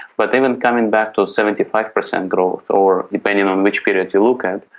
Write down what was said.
but even coming back to seventy five percent growth or, depending on which period you look at,